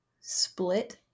split